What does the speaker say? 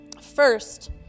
First